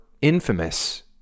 infamous